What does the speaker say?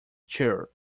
chair